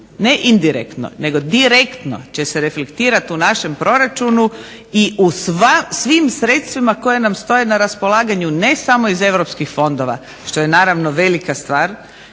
Ne indirektno nego direktno će se reflektirati u našem proračunu i u svim sredstvima koja nam stoje na raspolaganju ne samo iz europskih fondova što je naravno velika stvar